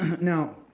Now